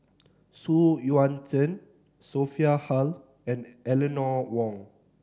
Xu Yuan Zhen Sophia Hull and Eleanor Wong